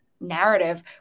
narrative